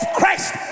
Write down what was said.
Christ